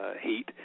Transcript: heat